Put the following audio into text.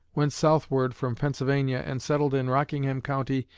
went southward from pennsylvania and settled in rockingham county,